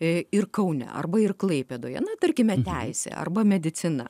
ir kaune arba ir klaipėdoje na tarkime teisė arba medicina